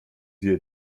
jej